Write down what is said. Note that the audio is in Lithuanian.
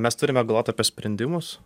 mes turime galvot apie sprendimus